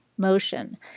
Motion